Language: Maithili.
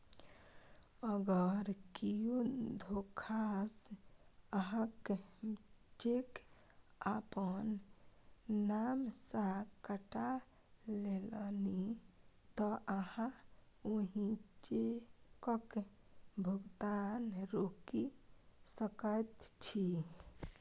अगर कियो धोखासँ अहाँक चेक अपन नाम सँ कटा लेलनि तँ अहाँ ओहि चेकक भुगतान रोकि सकैत छी